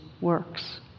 works